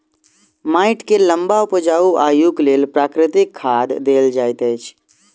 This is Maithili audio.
माइट के लम्बा उपजाऊ आयुक लेल प्राकृतिक खाद देल जाइत अछि